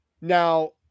Now